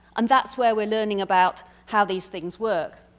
and that's where we're learning about how these things work.